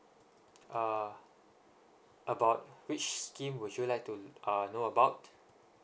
uh about which scheme would you like to uh know about